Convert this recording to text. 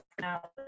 now